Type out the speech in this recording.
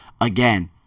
Again